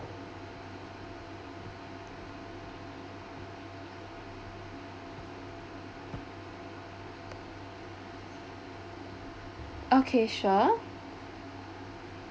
okay sure